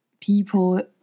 people